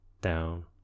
down